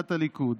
מסיעת הליכוד.